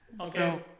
Okay